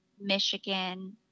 Michigan